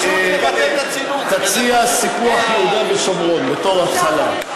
תציע סיפוח יהודה ושומרון בתור התחלה.